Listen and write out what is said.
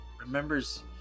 remembers